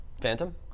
Phantom